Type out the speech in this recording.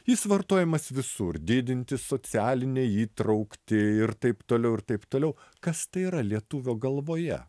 jis vartojamas visur didinti socialinę įtrauktį ir taip toliau ir taip toliau kas tai yra lietuvio galvoje